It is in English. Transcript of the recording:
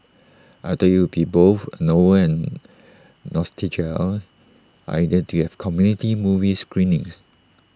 I thought IT would be both A novel and idea to have community movie screenings